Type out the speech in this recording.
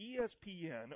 ESPN